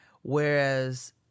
whereas